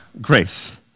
grace